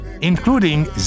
including